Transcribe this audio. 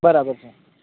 બરાબર છે